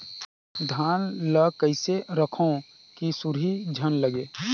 धान ल कइसे रखव कि सुरही झन लगे?